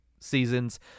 seasons